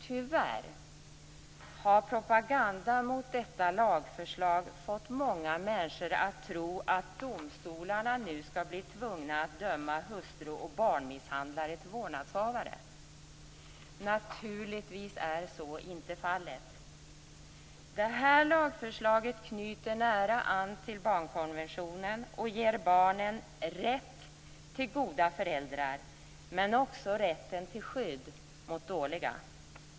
Tyvärr har propagandan mot detta lagförslag fått många människor att tro att domstolarna nu skall bli tvungna att utse hustru och barnmisshandlare till vårdnadshavare. Naturligtvis är så inte fallet. Det här lagförslaget knyter nära an till barnkonventionen och ger barnen rätt till goda föräldrar men också rätt till skydd mot dåliga.